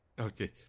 Okay